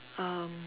um